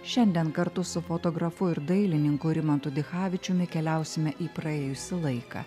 šiandien kartu su fotografu ir dailininku rimantu dichavičiumi keliausime į praėjusį laiką